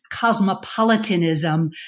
cosmopolitanism